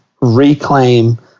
reclaim